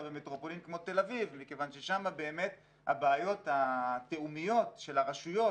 במטרופולין כמו תל אביב מכיוון ששם באמת הבעיות התיאומיות של הרשויות